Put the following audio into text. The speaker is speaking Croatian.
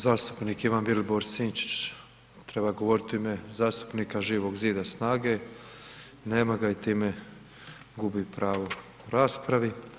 Zastupnik Ivan Vilibor Sinčić treba govoriti u ime zastupnika Živog zida i SNAGA-e, nema ga i time gubi pravo u raspravi.